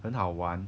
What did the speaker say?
很好玩